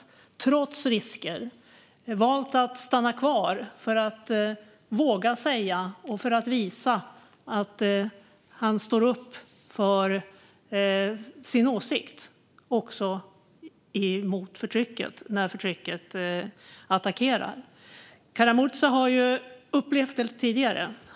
Han har trots risker valt att stanna kvar för att visa att han står upp för sin åsikt mot förtrycket när förtrycket attackerar. Kara-Murza har upplevt förtryck tidigare.